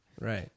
Right